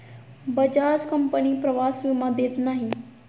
Bajaj company प्रवास विमा देत नाही